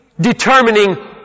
determining